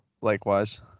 Likewise